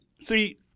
see